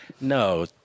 No